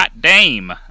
dame